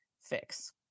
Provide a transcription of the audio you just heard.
fix